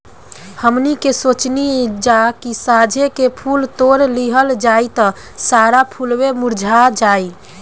हमनी के सोचनी जा की साझे के फूल तोड़ लिहल जाइ त सारा फुलवे मुरझा जाइ